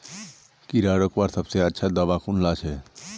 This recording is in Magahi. कीड़ा रोकवार सबसे अच्छा दाबा कुनला छे?